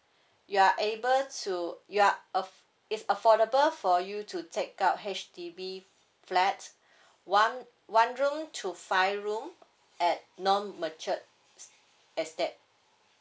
you are able to you're af~ it's affordable for you to take up H_D_B flat one one room to five room at non mature estate